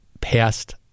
past